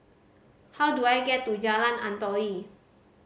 how do I get to Jalan Antoi